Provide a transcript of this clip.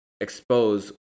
expose